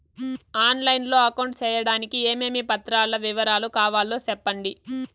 On line లో account సేయడానికి ఏమేమి పత్రాల వివరాలు కావాలో సెప్పండి?